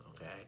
Okay